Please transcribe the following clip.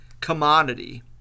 commodity